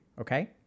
okay